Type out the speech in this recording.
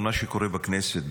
על מה שקורה בכנסת,